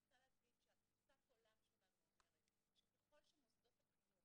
תפיסת העולם שלנו אומרת שככל שמוסדות החינוך